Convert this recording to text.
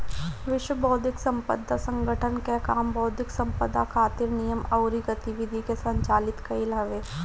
विश्व बौद्धिक संपदा संगठन कअ काम बौद्धिक संपदा खातिर नियम अउरी गतिविधि के संचालित कईल हवे